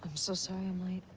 so sorry i'm late.